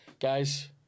Guys